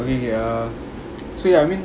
okay okay err so ya I mean